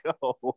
go